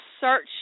search